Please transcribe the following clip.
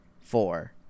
Four